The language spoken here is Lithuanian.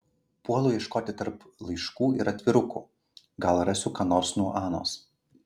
puolu ieškoti tarp laiškų ir atvirukų gal rasiu ką nors nuo anos